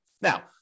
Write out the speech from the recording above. Now